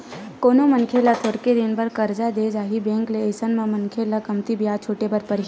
कोनो मनखे ल थोरके दिन बर करजा देय जाही बेंक ले अइसन म मनखे ल कमती बियाज छूटे बर परही